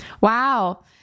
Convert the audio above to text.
Wow